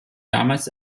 damals